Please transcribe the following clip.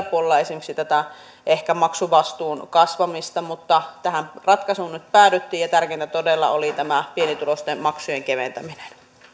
puolella ehkä tätä maksuvastuun kasvamista mutta tähän ratkaisuun nyt päädyttiin ja tärkeintä todella oli tämä pienituloisten maksujen keventäminen